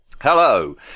Hello